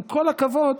עם כל הכבוד,